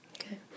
Okay